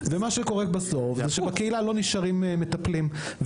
ומה שקורה בסוף זה שלא נשארים בקהילה מטפלים.